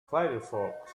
firefox